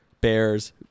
Bears